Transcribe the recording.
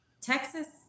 Texas